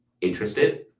interested